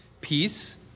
Peace